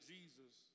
Jesus